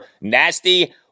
nasty